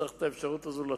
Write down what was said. וצריך לתת את האפשרות הזאת,